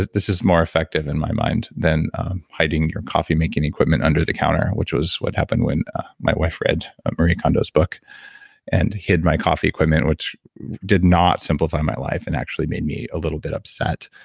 this is more effective in my mind than hiding your coffee making equipment under the counter, which was what happened when my wife read marie kondo's book and hid my coffee equipment, which did not simplify my life, and actually made me a little bit upset.